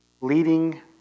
leading